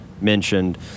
mentioned